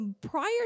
prior